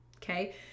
okay